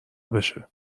بشه